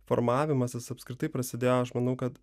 formavimasis apskritai prasidėjo aš manau kad